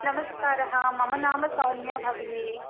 नमस्कारः मम नाम सौम्या भगिनी